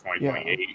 2028